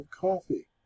coffee